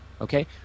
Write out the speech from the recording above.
okay